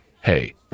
Hey